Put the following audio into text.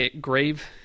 grave